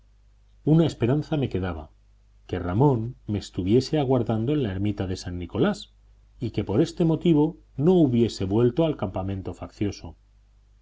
una esperanza me quedaba que ramón me estuviese aguardando en la ermita de san nicolás y que por este motivo no hubiese vuelto al campamento faccioso